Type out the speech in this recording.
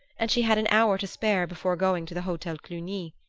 and she had an hour to spare before going to the hotel cluny.